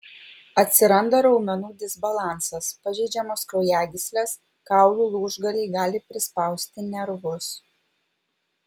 atsiranda raumenų disbalansas pažeidžiamos kraujagyslės kaulų lūžgaliai gali prispausti nervus